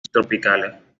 subtropicales